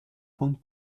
von